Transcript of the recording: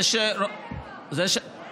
זה, שתי דקות.